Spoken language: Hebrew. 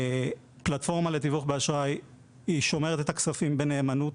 פלטפורמה לתיווך באשראי שומרת את הכספים בנאמנות.